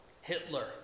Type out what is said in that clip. Hitler